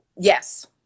Yes